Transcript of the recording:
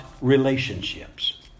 relationships